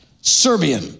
Serbian